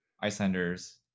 icelander's